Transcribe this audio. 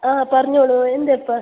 ആ പറഞ്ഞോളൂ എന്താണ് ഇപ്പം